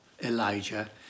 Elijah